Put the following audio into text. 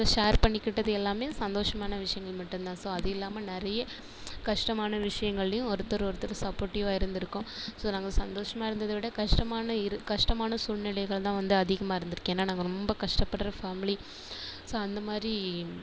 share பண்ணிக்கிட்டது எல்லாமே சந்தோஷமான விஷயங்கள் மட்டும்தான் ஸோ அதில்லாம நிறைய கஷ்டமான விஷயங்கள்லையும் ஒருத்தரை ஒருத்தர் சப்போர்டிவ்வாக இருந்து இருக்கோம் ஸோ நாங்கள் சந்தோஷமாக இருந்ததை விட கஷ்டமான இரு கஷ்டமான சூழ்நிலைகள்தான் வந்து அதிகமாக இருந்து இருக்கு ஏன்னா நாங்கள் ரொம்ப கஷ்டப்படுற ஃபேமிலி ஸோ அந்தமாதிரி